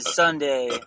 Sunday